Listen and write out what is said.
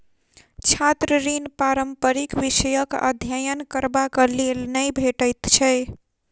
छात्र ऋण पारंपरिक विषयक अध्ययन करबाक लेल नै भेटैत छै